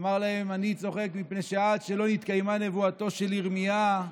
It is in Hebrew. אמר להם: אני צוחק מפני שעד שלא נתקיימה נבואתו של ירמיה,